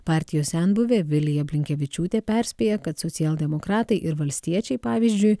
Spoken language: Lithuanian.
partijos senbuvė vilija blinkevičiūtė perspėja kad socialdemokratai ir valstiečiai pavyzdžiui